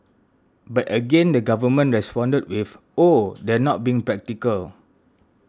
but again the Government responded with oh they're not being practical